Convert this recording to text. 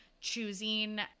choosing